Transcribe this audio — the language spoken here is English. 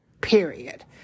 Period